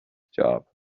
job